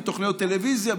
בתוכניות טלוויזיה,